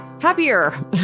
happier